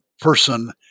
person